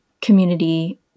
community